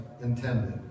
intended